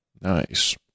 Nice